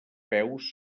peus